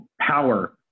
power